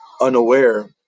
unaware